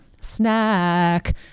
snack